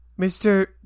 Mr